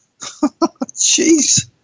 Jeez